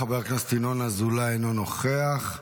חבר הכנסת ינון אזולאי, אינו נוכח.